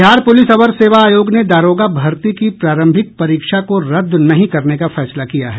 Bihar police अवर सेवा आयोग ने दारोगा भर्ती की प्रारंभिक परीक्षा के रद्द नहीं करने का फैसला किया है